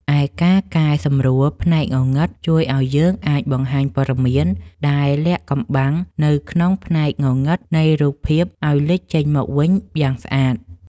ឯការកែសម្រួល ផ្នែកងងឹត ជួយឱ្យយើងអាចបង្ហាញព័ត៌មានដែលលាក់កំបាំងនៅក្នុងផ្នែកងងឹតនៃរូបភាពឱ្យលេចចេញមកវិញយ៉ាងស្អាត។